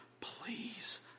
please